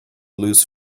lose